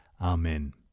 Amen